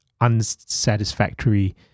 unsatisfactory